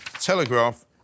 Telegraph